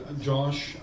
Josh